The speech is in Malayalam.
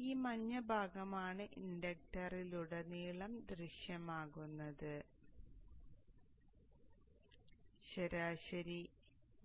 അതിനാൽ ആ മഞ്ഞ ഭാഗമാണ് ഇൻഡക്ടറിലുടനീളം ദൃശ്യമാകുന്നത് ശരാശരി